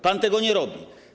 Pan tego nie robi.